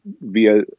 via